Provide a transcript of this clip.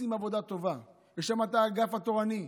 שעושים עבודה טובה, יש את האגף התורני,